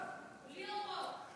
בלי אורות.